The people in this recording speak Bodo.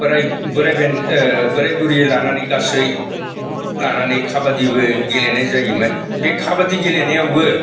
बोराय बेनथ' बोराय बुरै लानानै गासै लानानै खाबादिबो गेलेनाय जायोमोन बे खाबादि गेलेनायावबो